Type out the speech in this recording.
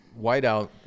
whiteout